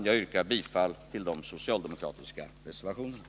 Jag yrkar bifall till de socialdemokratiska reservationerna.